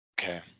Okay